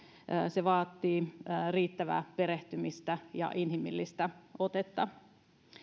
se vaatii riittävää perehtymistä ja inhimillistä otetta